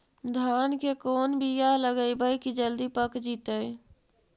धान के कोन बियाह लगइबै की जल्दी पक जितै?